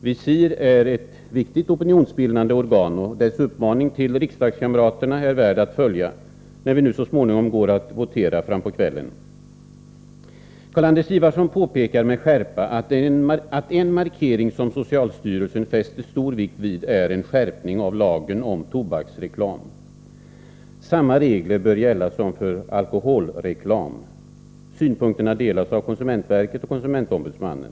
Visir är ett viktigt opinionsbildande organ. Dess uppmaning till riksdagskamraterna är värd att följa, när vi i kväll så småningom går att votera. Carl-Anders Ifvarsson påpekar med eftertryck att en markering som socialstyrelsen fäster stor vikt vid är en skärpning av lagen om tobaksreklam. Samma regler bör gälla som för alkoholreklam. De synpunkterna delas av konsumentverket och konsumentombudsmannen.